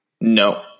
No